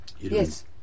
Yes